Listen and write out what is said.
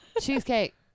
Cheesecake